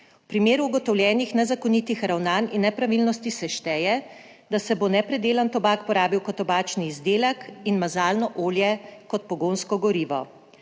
V primeru ugotovljenih nezakonitih ravnanj in nepravilnosti se šteje, da se bo nepredelan tobak porabil kot tobačni izdelek in mazalno olje kot pogonsko gorivo.